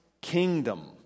kingdom